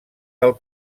del